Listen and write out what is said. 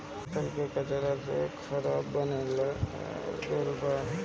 फसल के कचरा से भी शराब बने लागल बा